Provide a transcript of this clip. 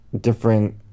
different